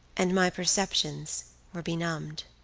and my perceptions were benumbed.